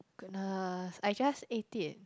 goodness I just ate it